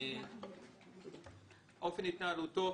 אופן התנהלותו,